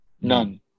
None